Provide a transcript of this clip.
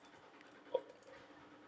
o~